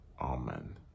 Amen